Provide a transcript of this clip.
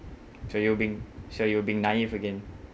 so you're being so you're being naive again